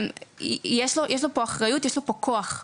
יש לו פה אחריות, יש לו פה כוח.